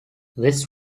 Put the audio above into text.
this